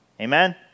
Amen